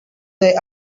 they